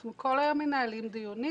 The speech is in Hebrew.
אנחנו כל היום מנהלים דיונים,